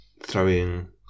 throwing